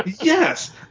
yes